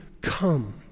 come